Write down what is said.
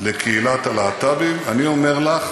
לקהילת הלהט"בים, אני אומר לך,